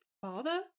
father